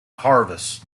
harvests